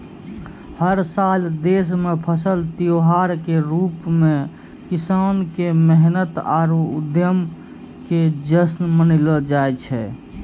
हर साल देश मॅ फसल त्योहार के रूप मॅ किसान के मेहनत आरो उद्यम के जश्न मनैलो जाय छै